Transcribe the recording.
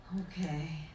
okay